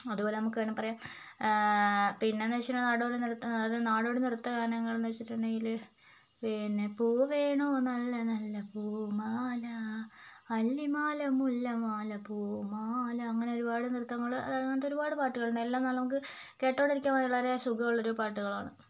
അതുപോലെ നമുക്ക് അതിനെ പറയാം പിന്നെന്നുവെച്ചിട്ടുണ്ടെങ്കില് നാടോടിനൃത്ത നാടോടിനൃത്ത ഗാനങ്ങളെന്നു വെച്ചിട്ടുണ്ടെങ്കില് പിന്നെ പൂവേണോ നല്ല നല്ല പൂമാല അല്ലിമാല മുല്ലമാല പൂമാല അങ്ങനെയൊരുപാട് നൃത്തങ്ങള് അങ്ങനത്തെ ഒരുപാട് പാട്ടുകളുണ്ട് എല്ലാം നല്ല നമുക്ക് കേട്ടോണ്ടിരിക്കാൻ വളരെ സുഖമുള്ളൊരു പാട്ടുകളാണ്